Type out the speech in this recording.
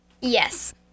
Yes